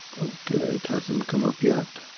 it hasn't come up yet.